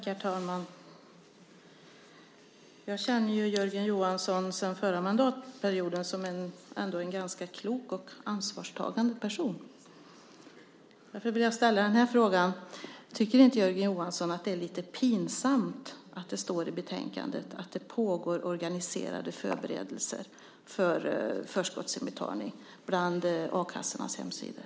Herr talman! Jag känner Jörgen Johansson sedan den förra mandatperioden som en ganska klok och ansvarstagande person. Därför vill jag fråga: Tycker inte Jörgen Johansson att det är lite pinsamt att det står i betänkandet att det pågår organiserade förberedelser för förskottsinbetalning bland a-kassornas hemsidor?